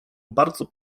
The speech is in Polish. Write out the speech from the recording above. bardzo